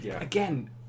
Again